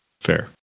fair